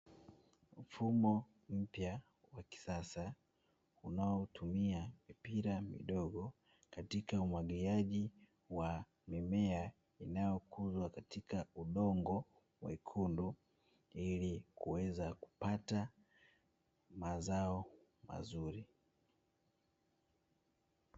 Mfumo mpya wa kisasa unaotumia mipira midogo katika umwagiliaji wa mimea inayokuzwa katika udongo mwekundu ili kuweza kupata mazao mazuri.